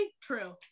true